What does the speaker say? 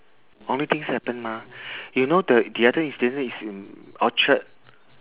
only things happen mah you know the the other incident is in orchard